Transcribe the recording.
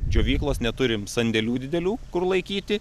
džiovyklos neturime sandėlių didelių kur laikyti